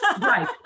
Right